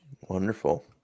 Wonderful